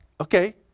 okay